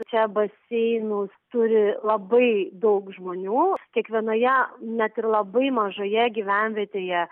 čia baseinų turi labai daug žmonių kiekvienoje net ir labai mažoje gyvenvietėje